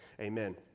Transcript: Amen